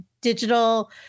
digital